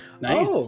nice